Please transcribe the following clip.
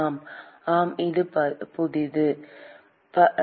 ஆம் மாணவர் பார்க்க நேரம் 0450